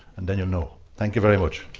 and then you'll know. thank you very much.